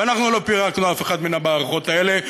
ואנחנו לא פירקנו אף אחת מהמערכות האלה,